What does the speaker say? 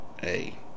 hey